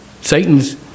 Satan's